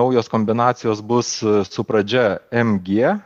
naujos kombinacijos bus su pradžia m g